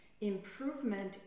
improvement